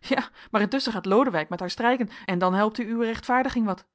ja maar intusschen gaat lodewijk met haar strijken en dan helpt u uwe rechtvaardiging wat